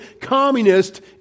Communist